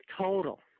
total